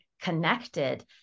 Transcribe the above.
connected